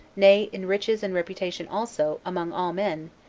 nay, in riches and reputation also, among all men,